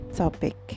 topic